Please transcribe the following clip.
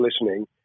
listening